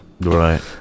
Right